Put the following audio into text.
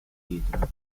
pietra